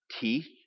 teeth